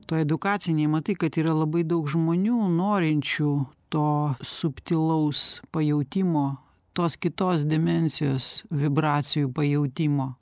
toj edukacinėj matai kad yra labai daug žmonių norinčių to subtilaus pajautimo tos kitos dimensijos vibracijų pajautimo